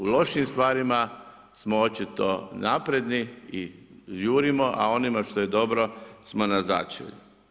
U lošim stvarima smo očito napredni i jurimo, a onima što je dobro smo na začelju.